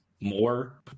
more